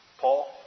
Paul